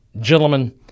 gentlemen